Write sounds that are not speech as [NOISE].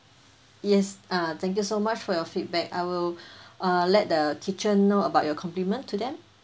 yes ah thank you so much for your feedback I will [BREATH] uh let the kitchen know about your compliment to them